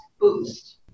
boost